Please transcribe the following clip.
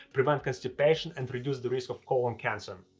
prevent constipation, and reduce the risk of colon cancer.